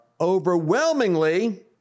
overwhelmingly